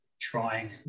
trying